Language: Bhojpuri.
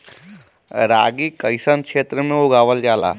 रागी कइसन क्षेत्र में उगावल जला?